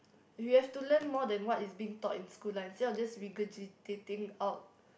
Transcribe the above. we have to learn more than what is being taught in school like instead of just regurgitating out